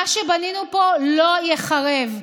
מה שבנינו פה לא ייחרב.